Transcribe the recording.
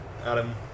Adam